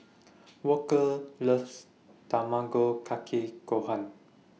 Walker loves Tamago Kake Gohan